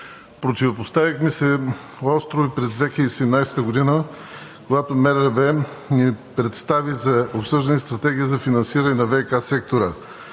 Противопоставихме се остро и през 2017 г., когато МРРБ ни представи за обсъждане Стратегия за финансиране на ВиК сектора.